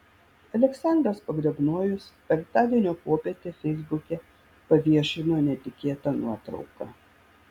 aleksandras pogrebnojus penktadienio popietę feisbuke paviešino netikėtą nuotrauką